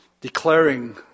Declaring